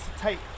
take